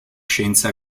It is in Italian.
scienze